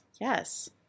Yes